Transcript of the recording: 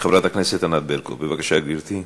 חברת הכנסת ענת ברקו, בבקשה, גברתי.